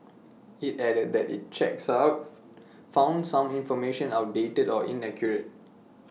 IT added that its checks out found some information outdated or inaccurate